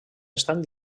estan